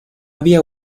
había